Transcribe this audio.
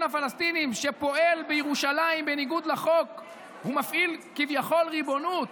הפלסטיניים שפועל בירושלים בניגוד לחוק ומפעיל כביכול ריבונות,